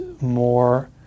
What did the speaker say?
more